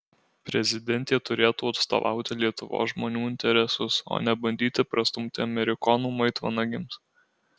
prezidentė turėtų atstovauti lietuvos žmonių interesus o ne bandyti prastumti amerikonų maitvanagiams